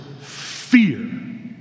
fear